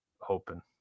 hoping